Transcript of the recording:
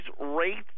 rates